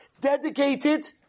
dedicated